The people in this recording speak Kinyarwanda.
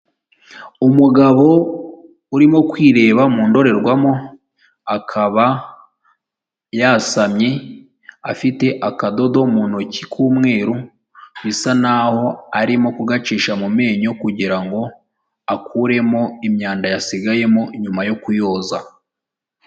Umugabo urimo kwireba mu ndorerwamo, akaba yasamye afite akadodo mu ntoki k'umweru bisa naho arimo kugacisha mu menyo, kugira ngo akuremo imyanda yasigayemo nyuma yo kuyoza.